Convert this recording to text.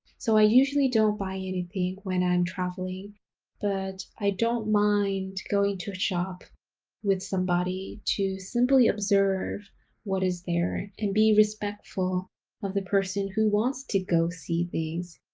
so i usually don't buy anything when i'm traveling but i don't mind going to a shop with somebody to simply observe what is there and be respectful of the person who wants to go see these.